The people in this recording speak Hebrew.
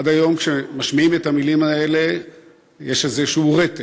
עד היום כשמשמיעים את המילים האלה יש איזשהו רטט,